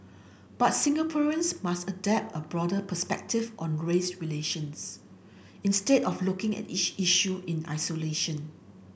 but Singaporeans must adapt a broader perspective on grace relations instead of looking at each issue in isolation